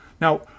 Now